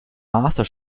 master